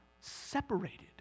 separated